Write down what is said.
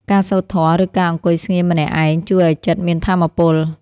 ការសូត្រធម៌ ឬការអង្គុយស្ងៀមម្នាក់ឯង ជួយឱ្យចិត្តមានថាមពល។